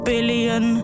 Billion